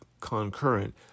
concurrent